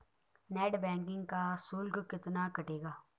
Net banking का शुल्क कितना कटेगा?